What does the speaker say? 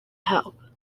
help